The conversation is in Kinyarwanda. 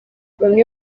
bamwe